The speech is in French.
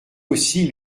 aussi